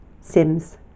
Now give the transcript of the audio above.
Sims